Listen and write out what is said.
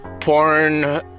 Porn